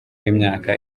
imyaka